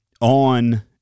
on